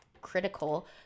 critical